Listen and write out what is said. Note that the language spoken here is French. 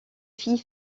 fit